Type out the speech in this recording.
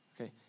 Okay